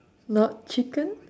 not chicken